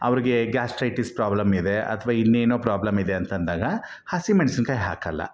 ಅವ್ರಿಗೆ ಗ್ಯಾಸ್ಟ್ರೈಟಿಸ್ ಪ್ರಾಬ್ಲಮ್ಮಿದೆ ಅಥವಾ ಇನ್ನೇನೋ ಪ್ರಾಬ್ಲಮ್ಮಿದೆ ಅಂತಂದಾಗ ಹಸಿಮೆಣಸಿನ್ಕಾಯ್ ಹಾಕಲ್ಲ